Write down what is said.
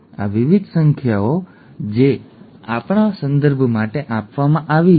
આ વિવિધ સંખ્યાઓ છે જે આપણા સંદર્ભ માટે આપવામાં આવી છે